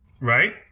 Right